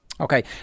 okay